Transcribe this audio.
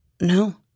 No